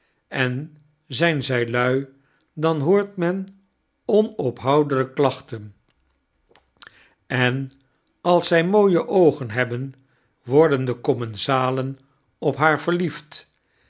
en zyn zy lui dan hoort men onophoudelyk klachten en als zy mooie oogen hebben worden de commensalen op haar verliefd